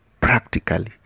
practically